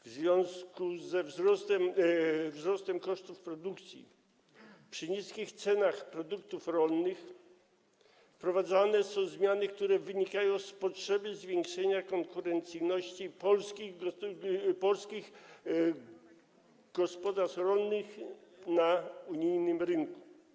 W związku ze wzrostem kosztów produkcji przy niskich cenach produktów rolnych wprowadzane są zmiany, które wynikają z potrzeby zwiększenia konkurencyjności polskich gospodarstw rolnych na unijnym rynku.